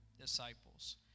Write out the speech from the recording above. disciples